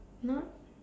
no